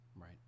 Right